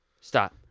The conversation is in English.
stop